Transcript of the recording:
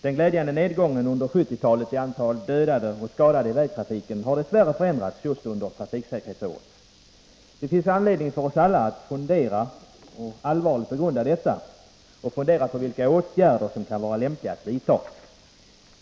Den glädjande nedgången under 1970-talet i antalet dödade och skadade i vägtrafiken har dess värre förändrats, just under trafiksäkerhetsåret. Det finns anledning för oss alla att allvarligt begrunda detta och fundera på vilka åtgärder som kan vara lämpliga att vidta.